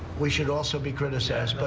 we should also be criticized, but